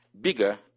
bigger